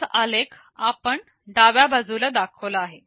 तोच आलेख आपण डाव्या बाजूला दाखवत आहे